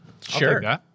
Sure